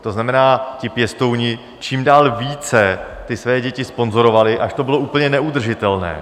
To znamená, ti pěstouni čím dál více ty své děti sponzorovali, až to bylo úplně neudržitelné.